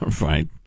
right